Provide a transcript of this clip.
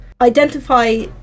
identify